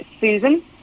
Susan